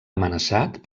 amenaçat